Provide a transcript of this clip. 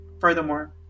Furthermore